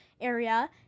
area